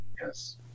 Yes